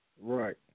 right